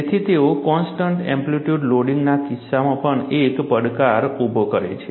તેથી તેઓ constant amplitude લોડિંગના કિસ્સામાં પણ એક પડકાર ઉભો કરે છે